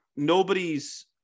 nobody's